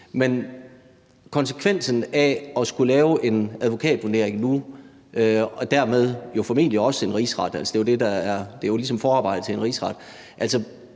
hvad konsekvensen af at skulle lave en advokatvurdering nu er – og dermed jo formentlig også en rigsretssag,